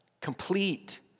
complete